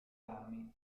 rami